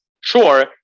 sure